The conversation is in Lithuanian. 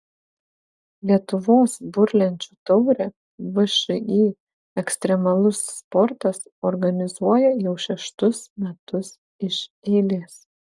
lietuvos burlenčių taurę všį ekstremalus sportas organizuoja jau šeštus metus iš eilės